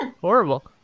horrible